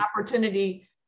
opportunity